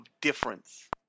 difference